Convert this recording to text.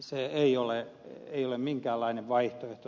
se ei ole minkäänlainen vaihtoehto